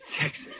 Texas